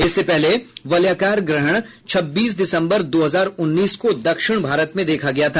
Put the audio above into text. इससे पहले वलयाकार ग्रहण छब्बीस दिसंबर दो हजार उन्नीस को दक्षिण भारत में देखा गया था